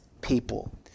people